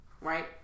right